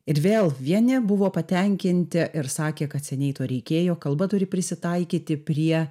ir vėl vieni buvo patenkinti ir sakė kad seniai to reikėjo kalba turi prisitaikyti prie